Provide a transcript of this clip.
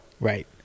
Right